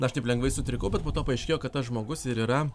aš taip lengvai sutrikau bet po to paaiškėjo kad tas žmogus ir yra